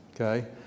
okay